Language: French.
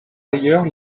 ailleurs